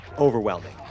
overwhelming